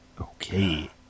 Okay